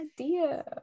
idea